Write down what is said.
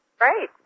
Right